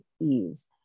ease